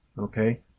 Okay